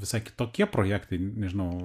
visai kitokie projektai nežinau